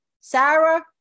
Sarah